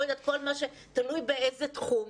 תלוי בתחום,